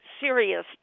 serious